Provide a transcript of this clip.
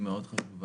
היא מאוד חשובה,